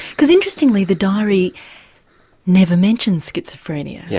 because interestingly the diary never mentions schizophrenia, yeah